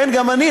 כן, גם אני.